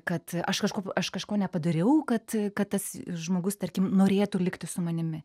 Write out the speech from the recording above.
kad aš kažko aš kažko nepadariau kad kad tas žmogus tarkim norėtų likti su manimi